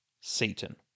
Satan